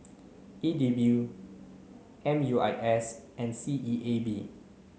E D B U M U I S and C E A B